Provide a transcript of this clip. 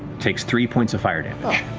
takes three points of fire damage.